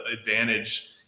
advantage